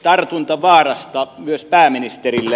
tartuntavaarasta myös pääministerille